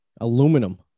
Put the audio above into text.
aluminum